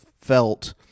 felt